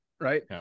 Right